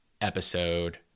episode